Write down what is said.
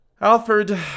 Alfred